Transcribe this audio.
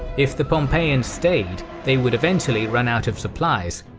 if the pompeiians stayed, they would eventually run out of supplies.